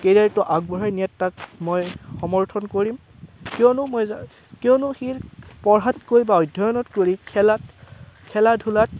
কেৰিয়াৰটো আগবঢ়াই নিয়াত তাক মই সমৰ্থন কৰিম কিয়নো মই কিয়নো সি পঢ়াতকৈ বা অধ্যয়নত কৰি খেলাত খেলা ধূলাত